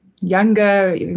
younger